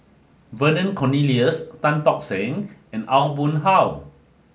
Vernon Cornelius Tan Tock Seng and Aw Boon Haw